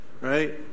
right